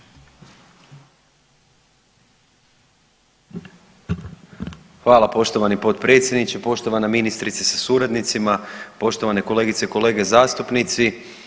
Hvala poštovani potpredsjedniče, poštovana ministrice sa suradnicima, poštovane kolegice i kolege zastupnici.